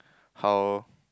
how